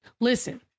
Listen